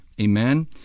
Amen